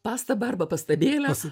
pastabą arba pastabėles